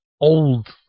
old